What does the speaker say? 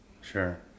sure